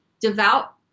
devout